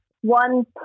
one